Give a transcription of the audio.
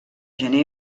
gener